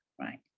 right